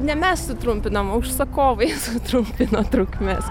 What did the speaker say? ne mes sutrumpinom užsakovai sutrumpino trukmes